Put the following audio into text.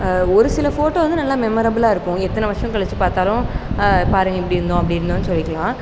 ஒரு சில ஃபோட்டோ வந்து நல்லா மெம்மரபுலாக இருக்கும் எத்தனை வருஷம் கழிச்சு பார்த்தாலும் பாருங்க இப்படி இருந்தோம் அப்படி இருந்தோன்னு சொல்லிக்கலாம்